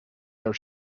your